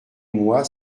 moi